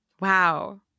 Wow